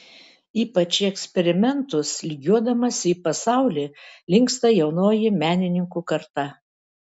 ypač į eksperimentus lygiuodamasi į pasaulį linksta jaunoji menininkų karta